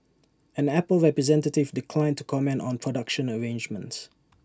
an Apple representative declined to comment on production arrangements